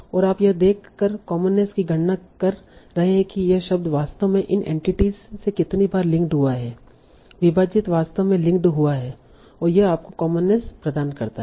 और आप यह देख कर कॉमननेस की गणना कर रहे हैं कि यह शब्द वास्तव में इन एंटिटीस से कितनी बार लिंक्ड हुआ है विभाजीत वास्तव में लिंक्ड हुआ है और यह आपको कॉमननेस प्रदान करता है